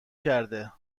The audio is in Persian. کرده